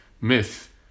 myth